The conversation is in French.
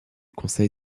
conseil